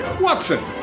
Watson